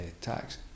tax